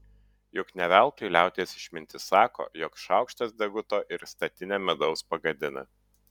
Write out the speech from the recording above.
juk ne veltui liaudies išmintis sako jog šaukštas deguto ir statinę medaus pagadina